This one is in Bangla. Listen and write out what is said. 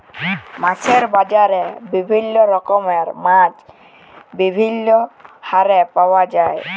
মাছের বাজারে বিভিল্য রকমের মাছ বিভিল্য হারে পাওয়া যায়